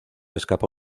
escapa